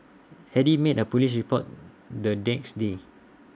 Eddy made A Police report the next day